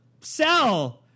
sell